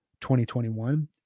2021